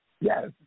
Yes